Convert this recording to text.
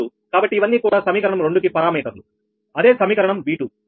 కాబట్టి ఇవన్నీ కూడా సమీకరణం రెండు కి పరామీటర్లు అదే సమీకరణం V2